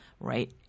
right